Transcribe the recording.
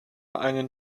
einen